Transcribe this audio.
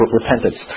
repentance